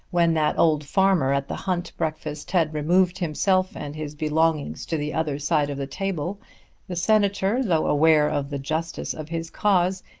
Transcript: when that old farmer at the hunt breakfast had removed himself and his belongings to the other side of the table the senator, though aware of the justice of his cause,